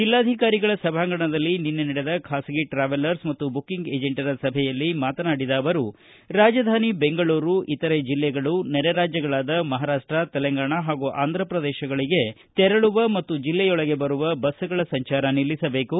ಜೆಲ್ಲಾಧಿಕಾರಿಗಳ ಸಭಾಂಗಣದಲ್ಲಿ ನಿನ್ನೆ ನಡೆದ ಖಾಸಗಿ ಟ್ರಾವೆಲರ್ಸ್ ಮತ್ತು ಬುಕ್ಕಿಂಗ್ ಏಜೆಂಟರ ಸಭೆಯಲ್ಲಿ ಮಾತನಾಡಿದ ಅವರು ರಾಜಧಾನಿ ಬೆಂಗಳೂರು ಇತರೆ ಬಿಲ್ಲೆಗಳು ನೆರೆರಾಜ್ಯಗಳಾದ ಮಹಾರಾಷ್ಟ ತೆಲಂಗಾಣ ಹಾಗೂ ಆಂಧ್ರ ಪ್ರದೇಶಗಳಗೆ ತೆರಳುವ ಮತ್ತು ಜಿಲ್ಲೆಯೊಳಗೆ ಬರುವ ಬಸ್ಗಳ ಸಂಚಾರ ನಿಲ್ಲಿಸಬೇಕು